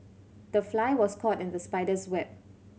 the fly was caught in the spider's web